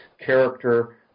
character